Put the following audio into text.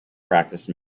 practiced